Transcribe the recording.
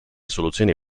soluzioni